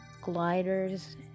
gliders